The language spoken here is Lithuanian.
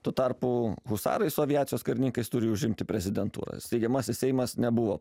tuo tarpu husarai su aviacijos karininkais turi užimti prezidentūrą steigiamasis seimas nebuvo